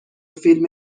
فیلم